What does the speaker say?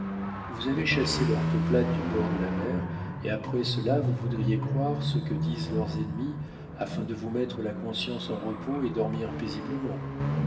vous avez chassé leurs peuplades du bord de la mer et après cela vous voudriez croire ce que disent leurs ennemis afin de vous mettre la conscience en repos et dormir paisiblement